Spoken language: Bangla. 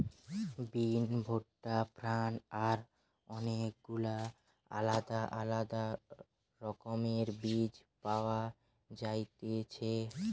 বিন, ভুট্টা, ফার্ন আর অনেক গুলা আলদা আলদা রকমের বীজ পাওয়া যায়তিছে